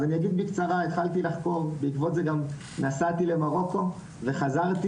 אז אני אגיד בקצרה התחלתי לחקור בעקבות זה גם נסעתי למרוקו וחזרתי